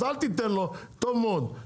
אז אל תיתן לו טוב מאוד,